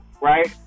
right